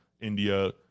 India